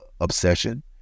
obsession